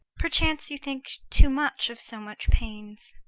perchance you think too much of so much pains?